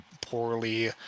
poorly